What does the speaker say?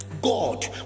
God